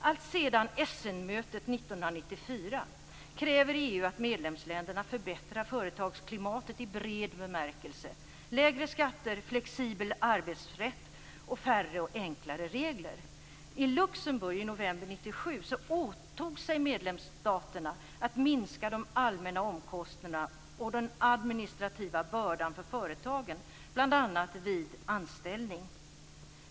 Alltsedan Essenmötet 1994 kräver EU att medlemsländerna förbättrar företagsklimatet i bred bemärkelse - lägre skatter, flexibel arbetsrätt och färre och enklare regler. I Luxemburg i november 1997 åtog sig medlemsstaterna att minska de allmänna omkostnaderna och den administrativa bördan för företagen bl.a. vid anställning.